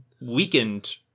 weakened